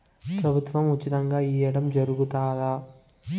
ప్రభుత్వం ఉచితంగా ఇయ్యడం జరుగుతాదా?